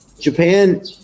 japan